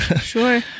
Sure